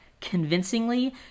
convincingly